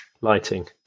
lighting